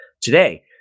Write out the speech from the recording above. today